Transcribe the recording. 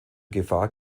gefahr